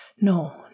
No